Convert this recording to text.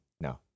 No